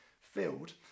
filled